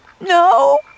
No